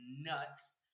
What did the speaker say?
nuts